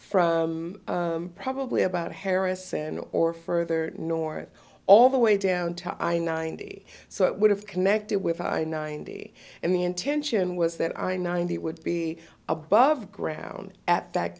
from probably about harrison or further north all the way down to i ninety so it would have connected with i ninety and the intention was that i ninety would be above ground at that